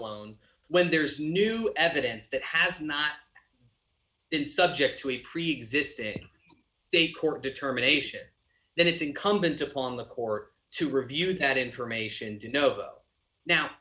alone when there is new evidence that has not been subject to a preexisting state court determination that it's incumbent upon the court to review that information